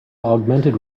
augmented